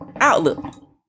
outlook